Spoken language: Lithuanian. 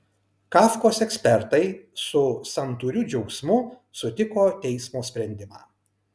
kafkos ekspertai su santūriu džiaugsmu sutiko teismo sprendimą